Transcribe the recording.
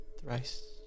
thrice